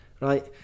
right